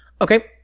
Okay